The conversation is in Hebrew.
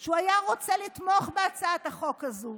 שהוא היה רוצה לתמוך בהצעת החוק הזאת,